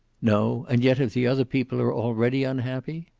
no. and yet, if the other people are already unhappy?